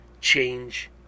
change